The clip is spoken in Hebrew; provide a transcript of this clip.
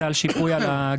זה על שיפוי על הגבייה,